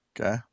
Okay